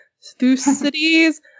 Thucydides